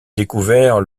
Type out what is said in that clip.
découvert